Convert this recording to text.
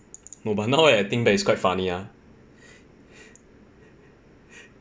no but now that I think back it's quite funny ah